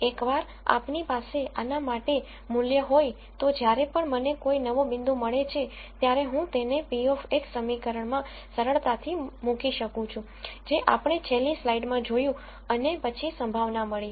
એકવાર આપની પાસે આના માટે મૂલ્ય હોય તો જ્યારે પણ મને કોઈ નવો બિંદુ મળે છે ત્યારે હું તેને p of x સમીકરણમાં સરળતાથી મૂકી શકું છું જે આપણે છેલ્લી સ્લાઈડમાં જોયું અને પછી સંભાવના મળી